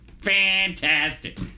Fantastic